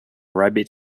rabbit